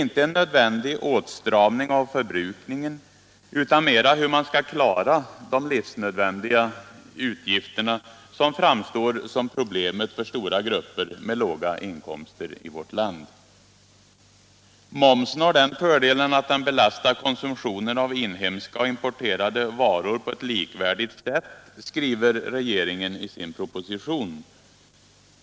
Inte en nödvändig åtstramning av förbrukningen utan mera hur man skall klara de livsnödvändiga utgifterna framstår som problemet för stora grupper med låga inkomster i vårt land. Momsen har den fördelen att den belastar konsumtionen av inhemska och importerade varor på ett likvärdigt sätt, skriver regeringen i sin proposition.